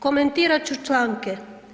Komentirat ću članke.